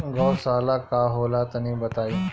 गौवशाला का होला तनी बताई?